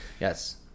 yes